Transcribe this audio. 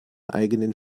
eigenen